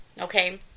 Okay